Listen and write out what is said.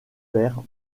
père